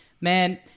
man